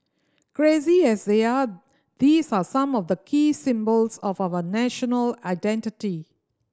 crazy as they are these are some of the key symbols of our national identity